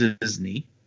Disney